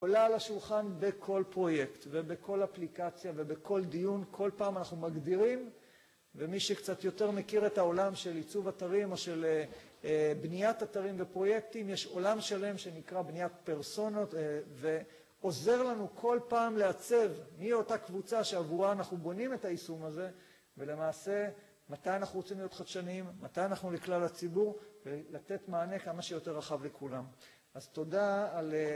עולה על השולחן בכל פרויקט ובכל אפליקציה ובכל דיון, כל פעם אנחנו מגדירים ומי שקצת יותר מכיר את העולם של עיצוב אתרים או של בניית אתרים ופרויקטים, יש עולם שלם שנקרא בניית פרסונות ועוזר לנו כל פעם לעצב מי היא אותה קבוצה שעבורה אנחנו בונים את היישום הזה ולמעשה מתי אנחנו רוצים להיות חדשניים, מתי אנחנו לכלל הציבור ולתת מענה כמה שיותר רחב לכולם. אז תודה.